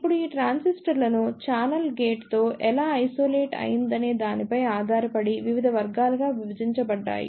ఇప్పుడు ఈ ట్రాన్సిస్టర్లను ఛానెల్ గేట్తో ఎలా ఐసోలేట్ అయిందనే దానిపై ఆధారపడి వివిధ వర్గాలుగా విభజించబడింది